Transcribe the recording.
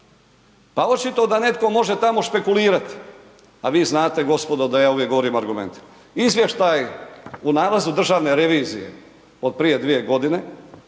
Pa očito da netko može tamo špekulirati, a vi znate gospodo da je uvijek govorim argumentima. Izvještaj u nalazu Državne revizije od prije 2 godine,